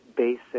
basic